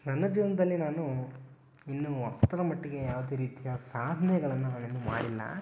ನನ್ನ ಜೀವನದಲ್ಲಿ ನಾನು ಇನ್ನೂ ಅಷ್ಟರ ಮಟ್ಟಿಗೆ ಯಾವುದೇ ರೀತಿಯ ಸಾಧನೆಗಳನ್ನ ನಾನಿನ್ನು ಮಾಡಿಲ್ಲ